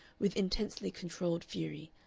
with intensely controlled fury.